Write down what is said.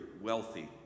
wealthy